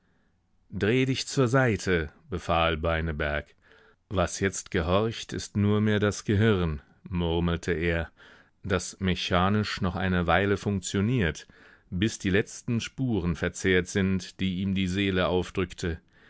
dreh dich zur seite befahl beineberg was jetzt gehorcht ist nur mehr das gehirn murmelte er das mechanisch noch eine weile funktioniert bis die letzten spuren verzehrt sind die ihm die seele aufdrückte